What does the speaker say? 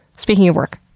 speaking of work,